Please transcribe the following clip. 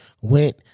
went